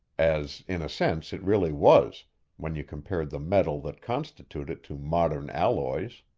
as in a sense it really was when you compared the metal that constituted it to modern alloys.